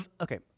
Okay